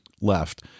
left